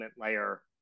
layer